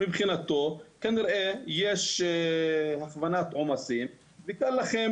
מבחינתו כנראה יש הכוונת עומסים וקל לכם